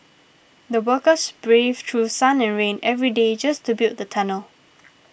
the workers braved through sun and rain every day just to build the tunnel